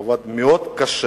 הוא עבד מאוד קשה,